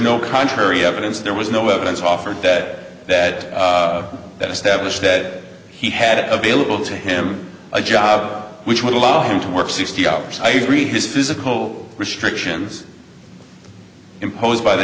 no contrary evidence there was no evidence offered that that established that he had available to him a job which would allow him to work sixty hours i agree his physical restrictions imposed by the